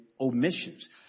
omissions